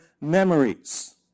memories